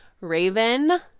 Raven